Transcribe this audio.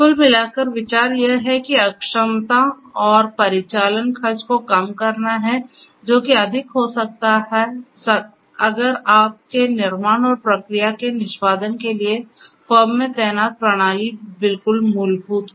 कुल मिलाकर विचार यह है कि अक्षमता और परिचालन खर्च को कम करना है जो कि अधिक हो सकते हैं अगर आप के निर्माण और प्रक्रिया के निष्पादन के लिए फर्म में तैनात प्रणाली बिल्कुल मूलभूत हो